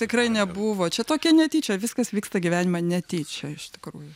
tikrai nebuvo čia tokia netyčia viskas vyksta gyvenime netyčia iš tikrųjų